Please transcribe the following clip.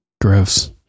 Gross